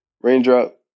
raindrop